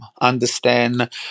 understand